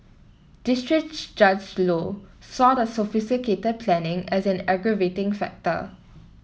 district Judge Low saw the sophisticated planning as an aggravating factor